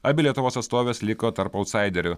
abi lietuvos atstovės liko tarp autsaiderių